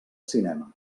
cinema